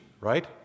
right